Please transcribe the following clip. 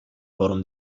forum